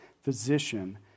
Physician